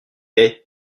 est